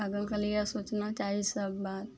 आगेके लिये सोचना चाही सब बात